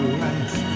life